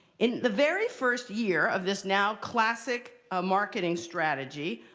in the very first year of this now classic ah marketing strategy,